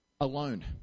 alone